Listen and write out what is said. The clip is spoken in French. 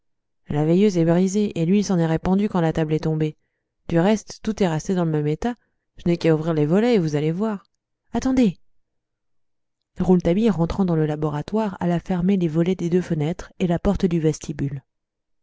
la veilleuse est brisée et l'huile s'en est répandue quand la table est tombée du reste tout est resté dans le même état je n'ai qu'à ouvrir les volets et vous allez voir attendez rouletabille rentrant dans le laboratoire alla fermer les volets des deux fenêtres et la porte du vestibule